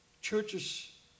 churches